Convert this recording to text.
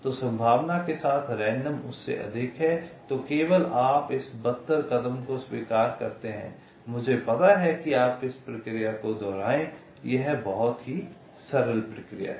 तो इस संभावना के साथ रैंडम उससे अधिक है तो केवल आप इस बदतर कदम को स्वीकार करते हैं मुझे पता है कि इस प्रक्रिया को दोहराएं यह देखो बहुत सरल प्रक्रिया है